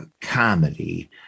comedy